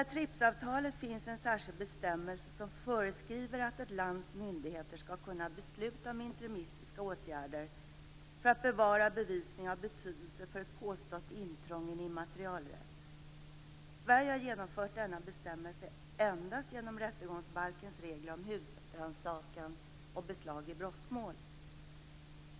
I TRIPS-avtalet finns en särskild bestämmelse som föreskriver att ett lands myndigheter skall kunna besluta om interimistiska åtgärder för att bevara bevisning av betydelse för ett påstått intrång i en immaterialrätt. Sverige har genomfört denna bestämmelse endast genom rättegångsbalkens regler om husrannsakan och beslag i brottmål.